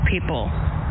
people